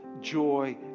joy